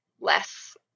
less